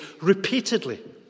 repeatedly